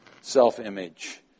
self-image